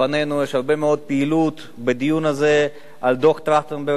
לפנינו יש הרבה מאוד פעילות בדיון הזה על דוח-טרכטנברג,